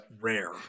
rare